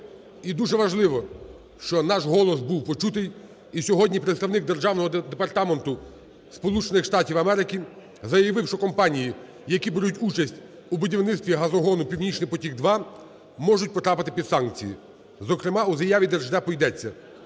дуже важливо, що наш голос був почутий, і сьогодні представник Державного департаменту Сполучених Штатів Америки заявив, що компанії, які беруть участь у будівництві газогону "Північний потік-2", можуть потрапити під санкції. Зокрема, у заяві Держдепу йдеться: